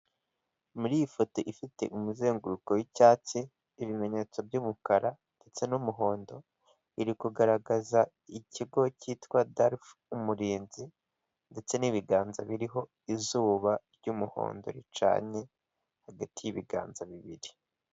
Muri iyi foto ifite umuzenguruko w'icyatsi, ibimenyetso by'umukara, ndetse n'umuhondo, iri kugaragaza ikigo cyitwa DALFA Umurinzi, ndetse n'ibiganza biriho izuba ry'umuhondo ricanye, hagati y'ibiganza bibiri.